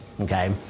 Okay